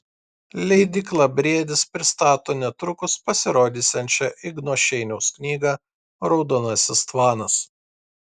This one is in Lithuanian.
leidykla briedis pristato netrukus pasirodysiančią igno šeiniaus knygą raudonasis tvanas